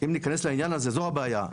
אם ניכנס לעניין הזה, זו הבעיה.